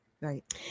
Right